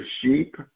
sheep